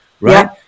Right